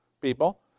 People